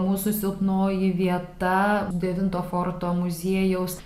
mūsų silpnoji vieta devinto forto muziejaus